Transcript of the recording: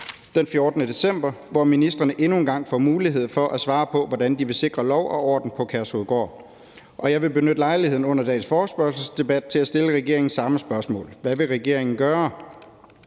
den 14. december, hvor ministrene endnu en gang får mulighed for at svare på, hvordan de vil sikre lov og orden på Kærshovedgård. Og jeg vil benytte lejligheden under dagens forespørgselsdebat til at stille regeringen samme spørgsmål: Hvad vil regeringen gøre?